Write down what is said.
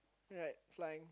right flying